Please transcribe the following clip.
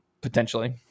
Potentially